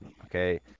Okay